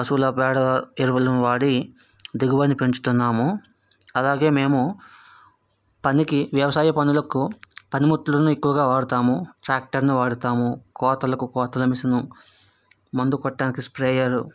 పశువుల పేడ ఎరువులను వాడి దిగుబడిని పెంచుతున్నాము అలాగే మేము పనికి వ్యవసాయ పనులకు పనిముట్లను ఎక్కువగా వాడుతాము ట్రాక్టర్ వాడుతాము కోతల కోతల మిషను మందు కొట్టడానికి స్ప్రేయర్